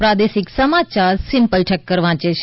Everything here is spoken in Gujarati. પ્રાદેશિક સમાયાર સિમ્પલ ઠક્કર વાંચે છે